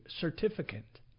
certificate